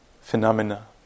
phenomena